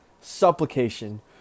supplication